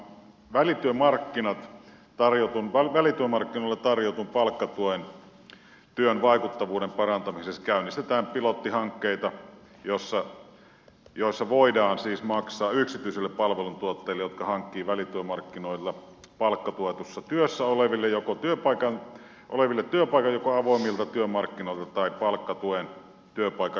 välityömarkkinoilla tarjotun palkkatuetun työn vaikuttavuuden parantamiseksi käynnistetään pilottihankkeita joissa voidaan siis maksaa yksityisille palveluntuottajille jotka hankkivat välityömarkkinoilla palkkatuetussa työssä oleville työpaikan joko avoimilta työmarkkinoilta tai palkkatuetun työpaikan yrityksestä